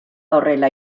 horrela